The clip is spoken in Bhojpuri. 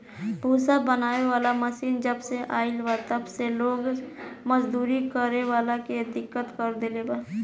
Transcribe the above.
भूसा बनावे वाला मशीन जबसे आईल बा तब से लोग मजदूरी करे वाला के दिक्कत कर देले बा